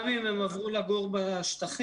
גם אם הם עברו לגור בשטחים,